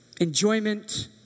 enjoyment